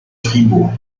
fribourg